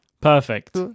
Perfect